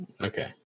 Okay